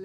אבל